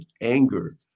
anger